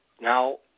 Now